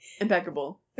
impeccable